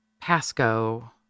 Pasco